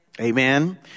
Amen